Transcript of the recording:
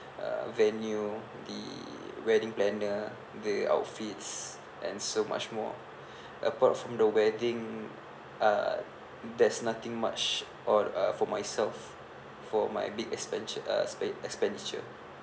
uh venue the wedding planner the outfits and so much more apart from the wedding uh there's nothing much or uh for myself for my big expen~ uh expenditure